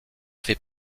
fait